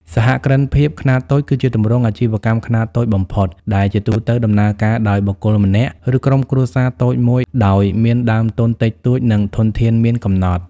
សហគ្រិនភាពខ្នាតតូច គឺជាទម្រង់អាជីវកម្មខ្នាតតូចបំផុត ដែលជាទូទៅដំណើរការដោយបុគ្គលម្នាក់ ឬក្រុមគ្រួសារតូចមួយដោយមានដើមទុនតិចតួច និងធនធានមានកំណត់ ។